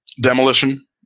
demolition